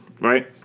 right